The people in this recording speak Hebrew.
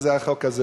אז החוק הזה